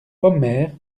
omer